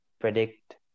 predict